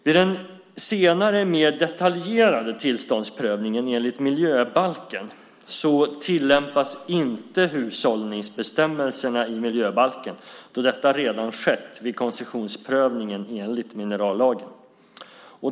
Vid den senare mer detaljerade tillståndsprövningen enligt miljöbalken tillämpas inte hushållningsbestämmelserna i miljöbalken då detta redan skett vid koncessionsprövningen enligt minerallagen.